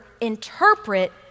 interpret